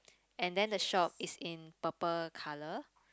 and then the shop is in purple color